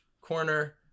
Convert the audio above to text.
corner